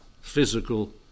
physical